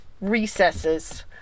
recesses